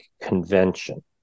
convention